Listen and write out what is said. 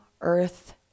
earth